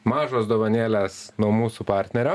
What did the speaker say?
mažos dovanėlės nuo mūsų partnerio